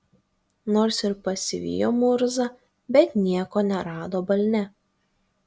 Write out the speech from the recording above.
nors ir pasivijo murzą bet nieko nerado balne